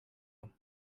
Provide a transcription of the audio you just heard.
him